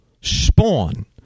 spawn